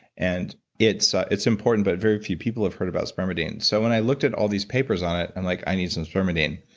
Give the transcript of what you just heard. and it's it's important, but very few people have heard about spermidine. so when when i looked at all these papers on it i'm like, i need some spermidine,